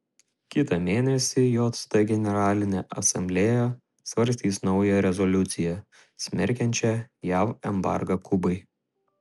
kitą mėnesį jt generalinė asamblėja svarstys naują rezoliuciją smerkiančią jav embargą kubai